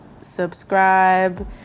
subscribe